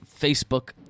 Facebook